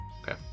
Okay